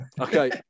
Okay